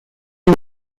you